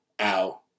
ow